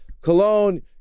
Cologne